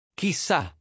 Chissà